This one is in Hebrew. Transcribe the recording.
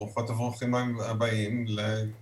ברוכות וברוכים הבאים ל...